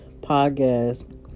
podcast